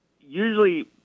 Usually